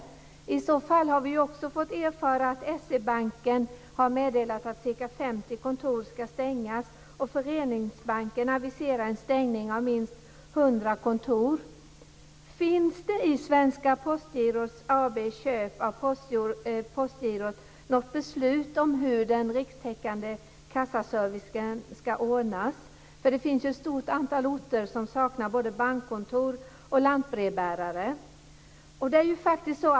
Vi har också fått erfara att S-E-banken har meddelat att ca 50 kontor ska stängas, och att Föreningssparbanken aviserar en stängning av minst 100 kontor. Finns det i Svenska Girot AB:s köp av Postgirot något beslut om hur den rikstäckande kassaservicen ska ordnas? Det finns ju ett stort antal orter som saknar både bankkontor och lantbrevbärare.